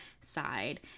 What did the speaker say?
side